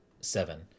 seven